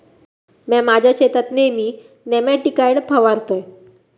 म्या माझ्या शेतात नेयमी नेमॅटिकाइड फवारतय